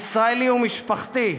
הישראלי הוא משפחתי,